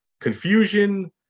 confusion